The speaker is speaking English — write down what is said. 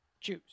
choose